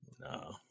No